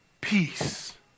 Peace